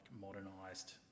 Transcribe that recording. modernized